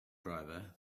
driver